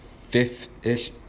fifth-ish